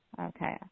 Okay